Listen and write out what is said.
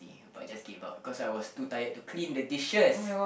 ya but just gave up cause I was too tired to clean the dishes